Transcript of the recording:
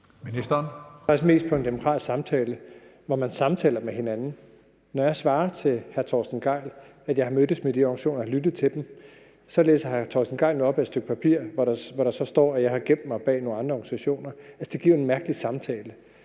Bruus): [Lydudfald] ... mest på en demokratisk samtale, hvor man samtaler med hinanden. Når jeg svarer hr. Torsten Gejl, at jeg har mødtes med de organisationer, har lyttet til dem, så læser hr. Torsten Gejl op fra et stykke papir, hvor der så står, at jeg har gemt sig bag nogle andre organisationer. Altså, det giver jo en mærkelig samtale.